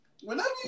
Whenever